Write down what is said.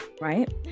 right